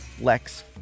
lex